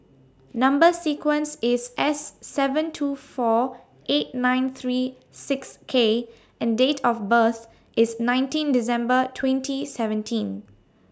Number sequence IS S seven two four eight nine three six K and Date of birth IS nineteen December twenty seventeen